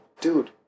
Dude